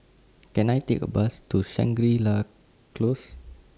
Can I Take A Bus to Shangri La Close